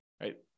right